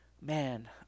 man